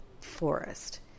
forest